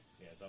Yes